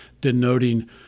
denoting